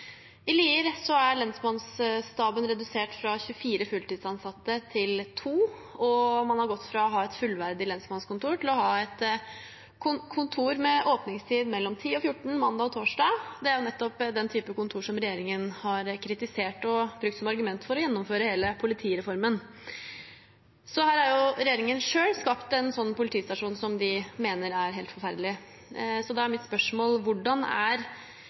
I Lier er lensmannsstaben redusert fra 24 fulltidsansatte til 2, og man har gått fra å ha et fullverdig lensmannskontor til å ha et kontor med åpningstid mellom 10 og 14 mandag og torsdag. Det er nettopp den type kontor som regjeringen har kritisert og brukt som argument for å gjennomføre hele politireformen, så her har jo regjeringen selv skapt en sånn politistasjon de mener er helt forferdelig. Da er mitt spørsmål: Hvordan er